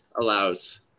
allows